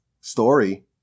story